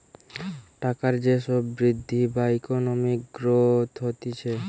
টাকার যে সব বৃদ্ধি বা ইকোনমিক গ্রোথ হতিছে